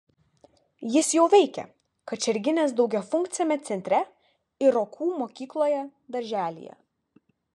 jis jau veikia kačerginės daugiafunkciame centre ir rokų mokykloje darželyje